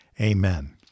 Amen